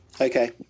Okay